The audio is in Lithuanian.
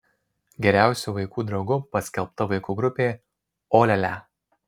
geriausiu vaikų draugu paskelbta vaikų grupė o lia lia